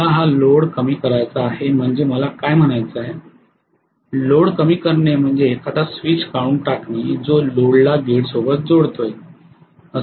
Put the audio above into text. मला हा लोड कमी करायचा आहे म्हणजे मला काय म्हणायचं लोड कमी करणे म्हणजे एखादा स्विच काढून टाकणे जो लोडला ग्रीड सोबत जोडतो